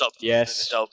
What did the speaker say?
Yes